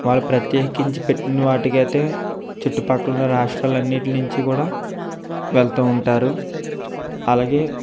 వాళ్ళు ప్రత్యేకించి కట్టిన వాటికయితే చుట్టుపక్కలున్న రాష్ట్రాల అన్నింటి నుంచి కూడా వెళుతు ఉంటారు అలాగే